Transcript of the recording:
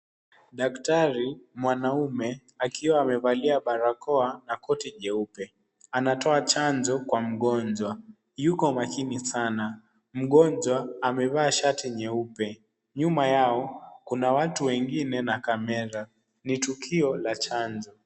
Daktari mwanaume akiwa amevalia barakoa na koti jeupe anatoa chanjo kwa mgonjwa. Yuko makini sana. Mgonjwa amevaa shati nyeupe. Nyuma yao kuna watu wengine na kamera. Ni tukio la chanjo.